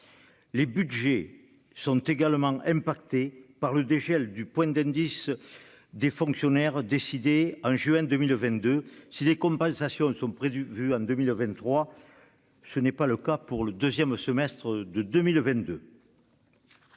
Les budgets sont également touchés par le dégel du point d'indice des fonctionnaires décidé au mois de juillet 2022. Si des compensations sont prévues en 2023, ce n'est pas le cas pour le second semestre 2022.